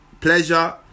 pleasure